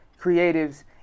creatives